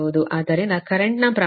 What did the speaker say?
ಆದ್ದರಿಂದ ಕರೆಂಟ್ನ್ ಪ್ರಮಾಣ 551